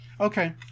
Okay